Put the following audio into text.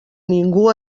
ningú